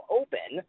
open